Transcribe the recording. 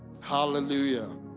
Hallelujah